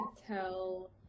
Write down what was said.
tell